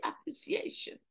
appreciation